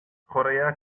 chwaraea